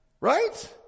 Right